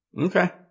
Okay